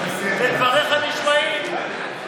ודבריך נשמעים.